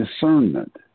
discernment